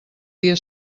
dia